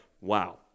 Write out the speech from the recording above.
wow